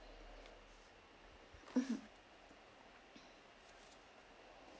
mmhmm